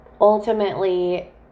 ultimately